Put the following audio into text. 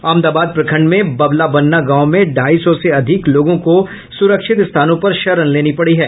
अमदाबाद प्रखंड में बबलाबन्ना गांव में ढाई सौ से अधिक लोगों को सुरक्षित स्थानों पर शरण लेनी पड़ी है